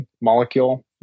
molecule